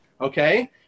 okay